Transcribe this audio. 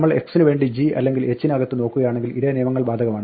നമ്മൾ x ന് വേണ്ടി g അല്ലെങ്കിൽ h നകത്ത് നോക്കുകയാണെങ്കിൽ ഇതേ നിയമങ്ങൾ ബാധകമാണ്